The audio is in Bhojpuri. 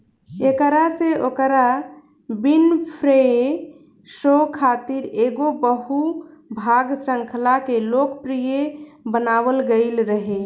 एकरा से ओकरा विनफ़्रे शो खातिर एगो बहु भाग श्रृंखला के लोकप्रिय बनावल गईल रहे